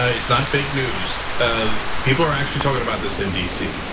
ah it's not fake news. ah people are actually talking about this in dc.